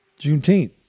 Juneteenth